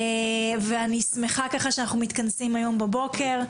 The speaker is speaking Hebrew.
ואני שמחה ככה שאנחנו מתכנסים היום בבוקר.